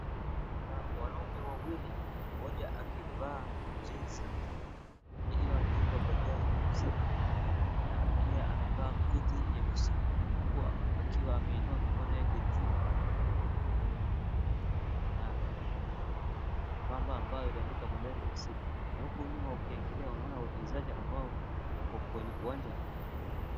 Wanaume wawili mmoja akivaa jezi iliyoandikwa Bandari F.C. na pia amevaa koti nyeusi huku akiwa ameinua mikono yake juu na bango ambayo imeandikwa Bandari F.C. na huku nyuma ukiangalia unaona wachezaji ambao wako kwenye uwanja.